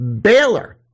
Baylor